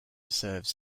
serves